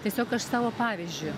tiesiog aš savo pavyzdžiu